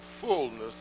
fullness